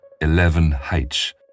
11H